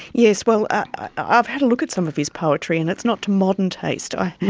yes, well, i've had a look at some of his poetry and it's not to modern taste i